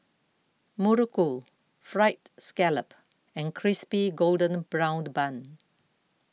Muruku Fried Scallop and Crispy Golden Browned Bun